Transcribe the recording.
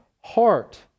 heart